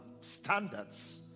standards